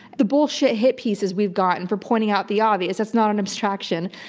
the bullshit hit pieces we've gotten for pointing out the obvious, that's not an abstraction.